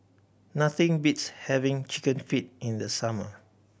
nothing beats having Chicken Feet in the summer